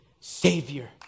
Savior